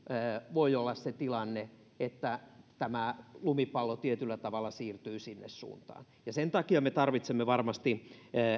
voi olla se tilanne että tämä lumipallo tietyllä tavalla siirtyy sinne suuntaan sen takia me tarvitsemme varmasti